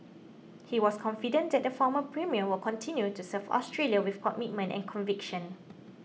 he was confident that the former premier will continue to serve Australia with commitment and conviction